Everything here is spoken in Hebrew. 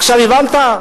עכשיו הבנת?